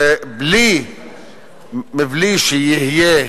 בלי שיהיה,